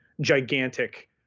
gigantic